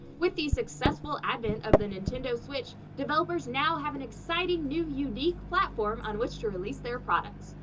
with the successful advent of the nintendo switch, developers now have an exciting, new, unique platform on which to release their products.